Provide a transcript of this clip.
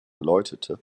erläuterte